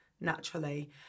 naturally